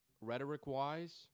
rhetoric-wise